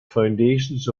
foundations